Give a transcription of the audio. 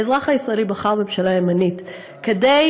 האזרח הישראלי בחר ממשלה ימנית כדי